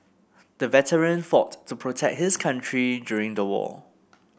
the veteran fought to protect his country during the war